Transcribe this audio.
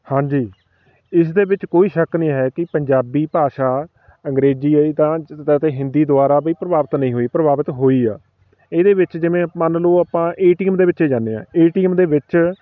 ਹਾਂਜੀ ਇਸ ਦੇ ਵਿੱਚ ਕੋਈ ਸ਼ੱਕ ਨਹੀਂ ਹੈ ਕਿ ਪੰਜਾਬੀ ਭਾਸ਼ਾ ਅੰਗਰੇਜ਼ੀ ਹੈ ਜੀ ਤਾਂ ਹਿੰਦੀ ਦੁਆਰਾ ਵੀ ਪ੍ਰਭਾਵਿਤ ਨਹੀਂ ਹੋਈ ਪ੍ਰਭਾਵਿਤ ਹੋਈ ਆ ਇਹਦੇ ਵਿੱਚ ਜਿਵੇਂ ਮੰਨ ਲਉ ਆਪਾਂ ਏ ਟੀ ਐਮ ਦੇ ਵਿੱਚ ਜਾਂਦੇ ਹਾਂ ਏ ਟੀ ਐਮ ਦੇ ਵਿੱਚ